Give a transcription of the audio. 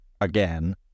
again